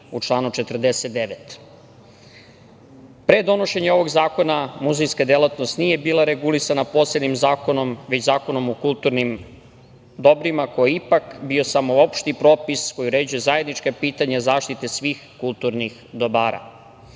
49.Pre donošenja ovog zakona muzejska delatnost nije bila regulisana posebnim zakonom, već Zakonom o kulturnim dobrima koji je ipak bio samo opšti propis koji uređuje zajednička pitanja zaštite svih kulturnih dobara.